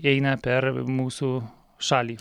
eina per mūsų šalį